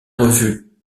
revue